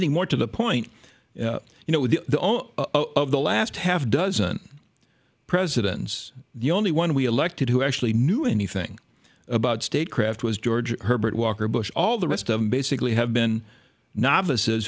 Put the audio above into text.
think more to the point you know with the all of the last half dozen presidents the only one we elected who actually knew anything about state craft was george herbert walker bush all the rest of them basically have been novices